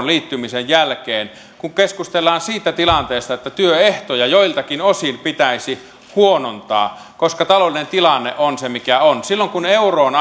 liittymisen jälkeen kun keskustellaan siitä tilanteesta että työehtoja joiltakin osin pitäisi huonontaa koska taloudellinen tilanne on se mikä on silloin kun euroon